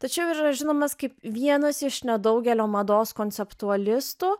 tačiau ir yra žinomas kaip vienas iš nedaugelio mados konceptualistų